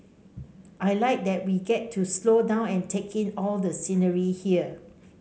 I like that we get to slow down and take in all the scenery here